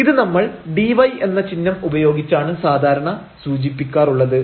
ഇത് നമ്മൾ dy എന്ന ചിഹ്നം ഉപയോഗിച്ചാണ് സാധാരണ സൂചിപ്പിക്കാറുള്ളത്